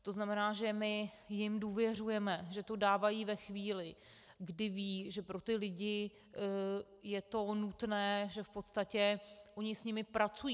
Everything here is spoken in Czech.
To znamená, že my jim důvěřujeme, že to dávají ve chvíli, kdy vědí, že pro ty lidi je to nutné, že v podstatě oni s nimi pracují.